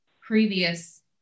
previous